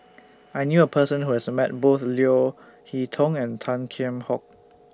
I knew A Person Who has Met Both Leo Hee Tong and Tan Kheam Hock